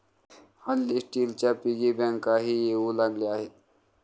हल्ली स्टीलच्या पिगी बँकाही येऊ लागल्या आहेत